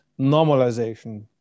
normalization